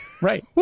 Right